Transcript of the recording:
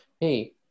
hey